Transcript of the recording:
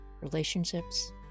relationships